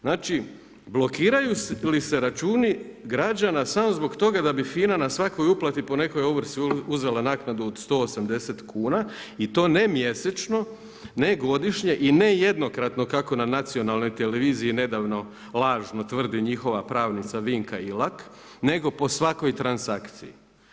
Znači blokiraju li se računi građana samo zbog toga da bi FINA na svakoj uplati po nekoj ovrsi uzela naknadu od 180 kuna i to ne mjesečno, ne godišnje i ne jednokratno kako na nacionalnoj televiziji nedavno lažno tvrdi njihova pravnica Vinka Ilak nego po svakoj transakciji.